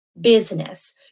business